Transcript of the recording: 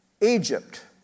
Egypt